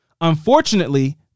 Unfortunately